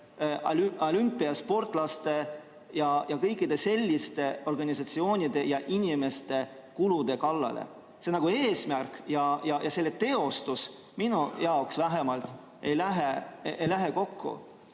olümpiasportlaste ja kõikide selliste organisatsioonide ja inimeste kulude kallale. See eesmärk ja selle teostus, vähemalt minu jaoks, ei lähe kokku